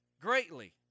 greatly